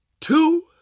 two